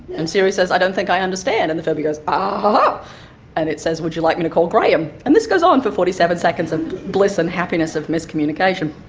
and siri says, i don't think i understand. and the furby goes but and it says, would you like me to call graham? and this goes on for forty seven seconds of bliss and happiness of miscommunication.